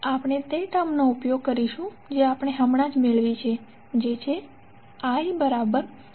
આપણે તે ટર્મનો ઉપયોગ કરીશું જે આપણે હમણાં જ મેળવી છે જે IVjωL છે